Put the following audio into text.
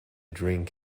drink